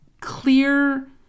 clear